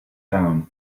down